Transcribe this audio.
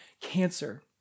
cancer